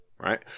Right